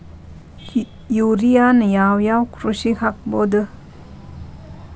ಯೂರಿಯಾನ ಯಾವ್ ಯಾವ್ ಕೃಷಿಗ ಹಾಕ್ಬೋದ?